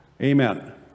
Amen